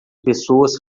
pessoas